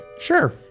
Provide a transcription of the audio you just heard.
Sure